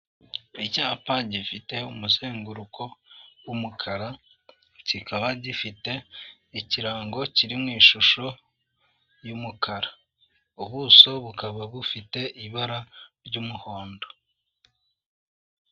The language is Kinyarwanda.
Icyapa gifite umuzenguruko w'umukara, kikaba gifite ikirango kiri mu ishusho y'umukara, ubuso bukaba bufite ibara ry'umuhondo.